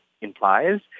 implies